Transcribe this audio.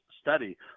study